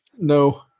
No